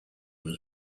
was